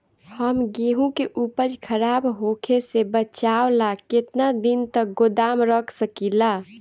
हम गेहूं के उपज खराब होखे से बचाव ला केतना दिन तक गोदाम रख सकी ला?